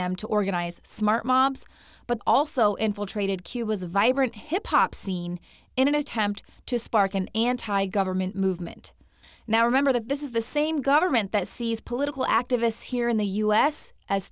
them to organize smart but also infiltrated cuba's vibrant hip hop scene in an attempt to spark an anti government movement now remember that this is the same government that sees political activists here in the u s as